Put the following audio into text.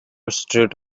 streets